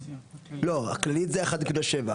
הכללי זה 1.7,